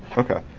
okay.